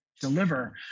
deliver